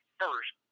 first